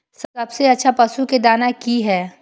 सबसे अच्छा पशु के दाना की हय?